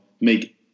make